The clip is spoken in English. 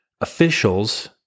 officials